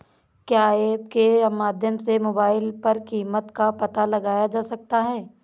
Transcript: क्या ऐप के माध्यम से मोबाइल पर कीमत का पता लगाया जा सकता है?